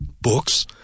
books